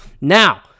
Now